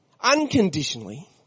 unconditionally